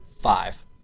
five